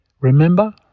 Remember